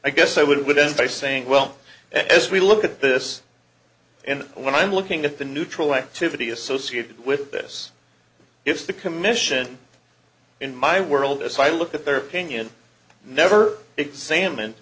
i guess i wouldn't be saying well as we look at this and when i'm looking at the neutral activity associated with this if the commission in my world as i look at their opinion never examined